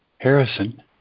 Harrison